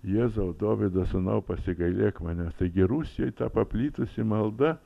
jėzau dovydo sūnau pasigailėk manęs taigi rusijoj ta paplitusi malda